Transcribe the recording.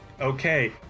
Okay